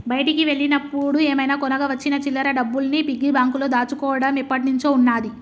బయటికి వెళ్ళినప్పుడు ఏమైనా కొనగా వచ్చిన చిల్లర డబ్బుల్ని పిగ్గీ బ్యాంకులో దాచుకోడం ఎప్పట్నుంచో ఉన్నాది